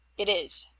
it is.